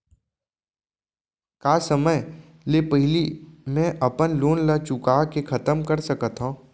का समय ले पहिली में अपन लोन ला चुका के खतम कर सकत हव?